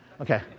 okay